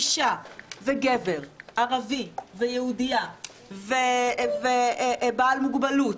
אישה, גבר, ערבי, יהודייה, בעל מוגבלות,